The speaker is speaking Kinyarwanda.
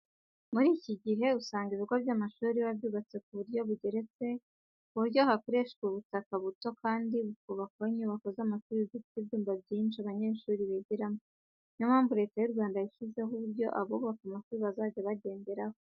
Muri iki gihe usanga ibigo by'amashuri biba byubatse ku buryo bugeretse ku buryo hakoreshwa ubutaka buto kandi bukubakwaho inyubako z'amashuri zifite ibyumba byinshi abanyeshuri bigiramo. Ni yo mpamvu Leta y'u Rwanda yashyizeho uburyo abubaka amashuri bazajya bagenderaho.